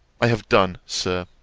i have done, sir,